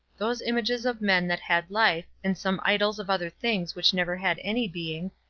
those images of men that had life, and some idols of other things which never had any being,